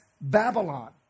Babylon